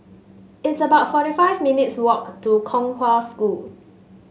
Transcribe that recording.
it's about forty five minutes' walk to Kong Hwa School